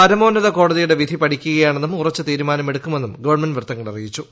പരമോന്നത കോടതിയുടെ വിധി പഠിക്കുകയാണെന്നും ഉറച്ച തീരുമാനം എടുക്കുമെന്നും ഗവൺമെന്റ് വൃത്തങ്ങൾ അറിയിച്ചു